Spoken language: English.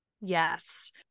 yes